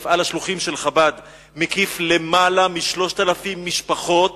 מפעל השלוחים מקיף למעלה מ-3,000 משפחות,